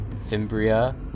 Fimbria